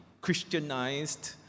Christianized